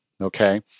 okay